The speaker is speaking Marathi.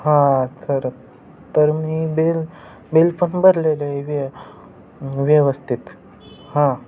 हां सर तर मी बिल बिल पण भरलेलं आहे व्य व्यवस्थित हां